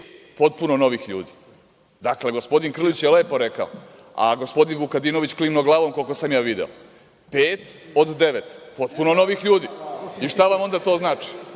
potpuno novih ljudi. Dakle, gospodin Krlić je lepo rekao, a gospodin Vukadinović klimnuo glavom, koliko sam video, pet od devet potpuno novih ljudi. Šta vam onda to znači?